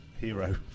hero